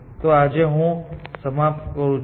તો આજે હું અહીં સમાપ્ત કરું છું